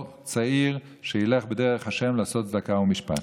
צעיר שילך בדרך השם לעשות צדקה ומשפט.